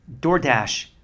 DoorDash